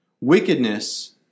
wickedness